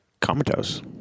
comatose